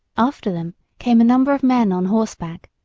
after them came a number of men on horseback,